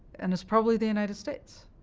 and it's probably the united states.